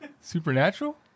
Supernatural